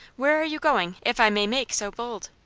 where are you going, if i may make so bold?